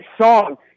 song